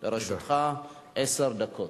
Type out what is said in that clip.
לרשותך עשר דקות.